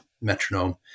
metronome